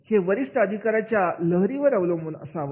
हे वरिष्ठ अधिकाऱ्यांच्या लहरीवर अवलंबून असावं